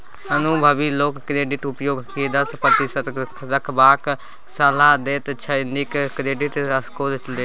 अनुभबी लोक क्रेडिट उपयोग केँ दस प्रतिशत रखबाक सलाह देते छै नीक क्रेडिट स्कोर लेल